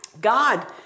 God